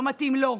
לא מתאים לו.